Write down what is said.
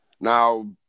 Now